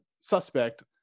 suspect